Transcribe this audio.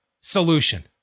solution